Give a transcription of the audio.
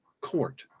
Court